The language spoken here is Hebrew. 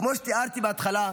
כמו שתיארתי בהתחלה,